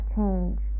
change